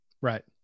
Right